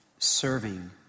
serving